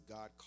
God